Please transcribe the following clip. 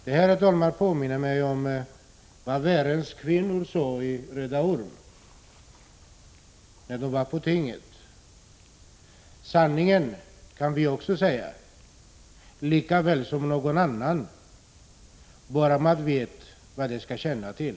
Det här, herr talman, påminner mig om något som Värends kvinnor i Röde orm sade när de var på tinget: Sanningen kan vi säga lika väl som någon annan, bara man vet vad det skall tjäna till.